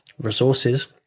resources